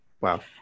Wow